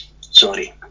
sorry